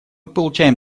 получаем